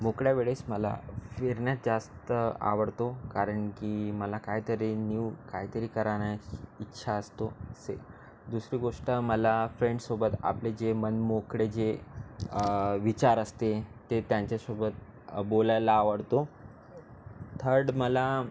मोकळ्या वेळेस मला फिरणे जास्त आवडतो कारण की मला काहीतरी न्यू काहीतरी करण्याची इच्छा असतो से दुसरी गोष्ट मला फ्रेंडसोबत आपले जे मनमोकळे जे विचार असते ते त्यांच्यासोबत बोलायला आवडतो थर्ड मला